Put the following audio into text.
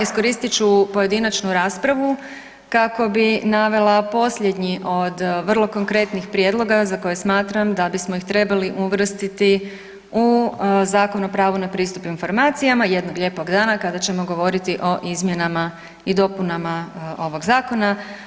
Iskoristit ću pojedinačnu raspravu kako bi navela posljednji od vrlo konkretnih prijedloga za koje smatram da bismo ih trebali uvrstiti u Zakon o pravu na pristup informacijama, jednog lijepog dana kada ćemo govoriti o izmjenama i dopunama ovog zakona.